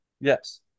Yes